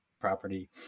property